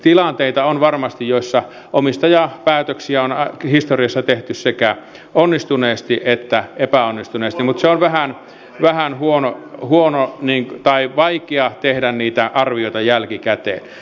eli on varmasti tilanteita joissa omistajapäätöksiä on historiassa tehty sekä onnistuneesti että epäonnistuneesti mutta on vähän vaikea tehdä niitä arvioita jälkikäteen